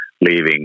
leaving